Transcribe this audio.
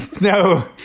No